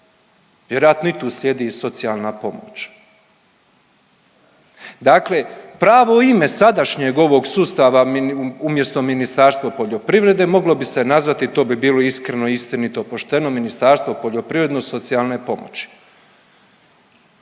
vjerojatno i tu slijedi socijalna pomoć. Dakle, pravo ime sadašnjeg ovog sustava umjesto Ministarstvo poljoprivrede moglo bi se nazvati to bi bilo iskreno, istinito, pošteno ministarstvo poljoprivredno socijalne pomoći.